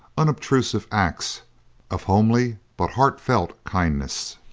unobtrusive acts of homely but heartfelt kindness.